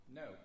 no